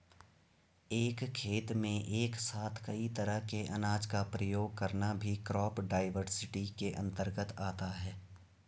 एक खेत में एक साथ कई तरह के अनाज का प्रयोग करना भी क्रॉप डाइवर्सिटी के अंतर्गत आता है